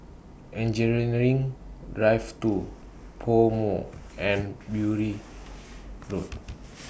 Engineering Drive two Pomo and Bury Road